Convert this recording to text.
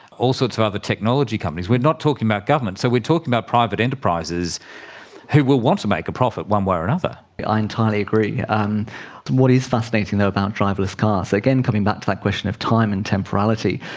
all sorts of other technology companies, we are not talking about governments, so we are talking about private enterprises who will want to make a profit one way or another. i entirely agree. um what is fascinating though about driverless cars, again coming back to that question of time and temporality,